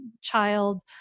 child